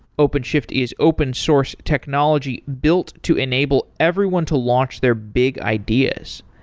openshift is open source technology built to enable everyone to launch their big ideas.